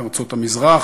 בארצות המזרח,